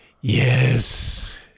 Yes